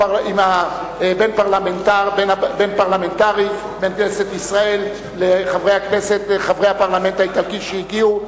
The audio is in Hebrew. דיון בין-פרלמנטרי בין כנסת ישראל לחברי הפרלמנט האיטלקי שהגיעו,